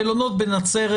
המלונות בנצרת,